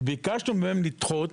שביקשנו מהם לדחות.